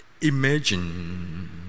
imagine